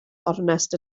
ornest